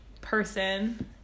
person